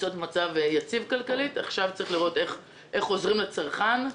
נמצאות במצב כלכלי יציב ועכשיו צריך לראות איך עוזרים לצרכן.